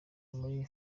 muri